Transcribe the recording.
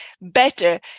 better